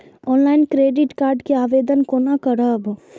Online credit card के आवेदन कोना करब?